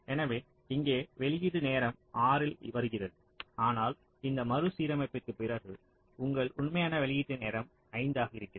எனவே இங்கே வெளியீடு நேரம் 6 இல் வருகிறது ஆனால் இந்த மறுசீரமைப்பிற்குப் பிறகு உங்கள் உண்மையான வெளியீட்டு நேரம் 5 ஆகிறது